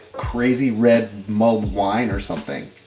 crazy, red mulled wine or something.